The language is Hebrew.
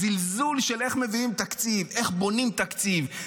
הזלזול, איך מביאים תקציב, איך בונים תקציב,